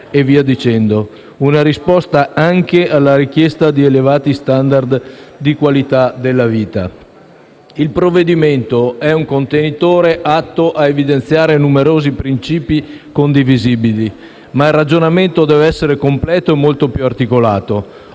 e via dicendo e anche alla richiesta di elevati *standard* di qualità della vita. II provvedimento in esame è un contenitore atto ad evidenziare numerosi principi condivisibili, ma il ragionamento deve essere completo e molto più articolato.